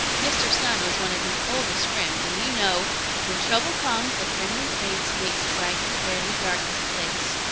mr. sun was one of his oldest friends and you know when trouble comes, a friendly face makes bright the very darkest place.